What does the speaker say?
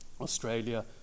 Australia